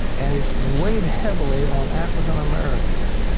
and it weighed heavily on african americans.